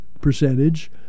percentage